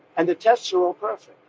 and the tests are all perfect.